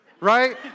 right